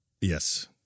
Yes